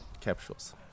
capsules